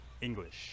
english